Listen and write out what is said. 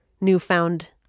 newfound